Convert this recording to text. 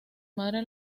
madre